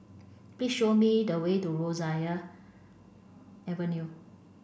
please show me the way to Rosyth Avenue